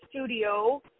studio